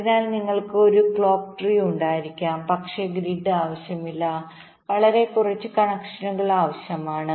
അതിനാൽ നിങ്ങൾക്ക് ഒരു ക്ലോക്ക് ട്രീ ഉണ്ടായിരിക്കാം പക്ഷേ ഗ്രിഡ് ആവശ്യമില്ല വളരെ കുറച്ച് കണക്ഷനുകൾ ആവശ്യമാണ്